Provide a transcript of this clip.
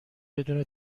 بدون